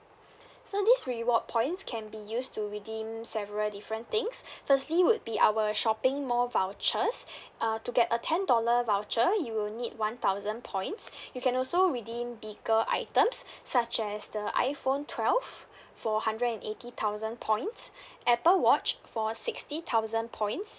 so this reward points can be used to redeem several different things firstly would be our shopping mall vouchers uh to get a ten dollar voucher you will need one thousand points you can also redeem bigger items such as the iphone twelve for hundred and eighty thousand points apple watch for sixty thousand points